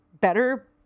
better